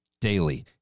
daily